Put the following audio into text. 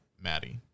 Maddie